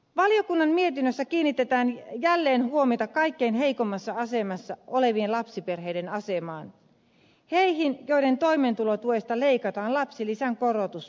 valiokunnan mietinnössä kiinnitetään jälleen huomiota kaikkein heikoimmassa asemassa olevien lapsiperheiden asemaan heihin joiden toimeentulotuesta leikataan lapsilisän korotus pois